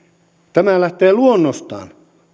tämä lähtee luonnostaan